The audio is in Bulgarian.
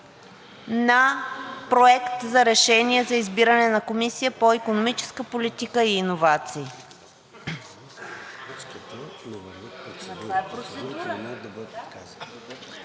на Проекта за решение за избиране на Комисия по икономическа политика и иновации.